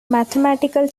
mathematical